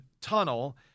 tunnel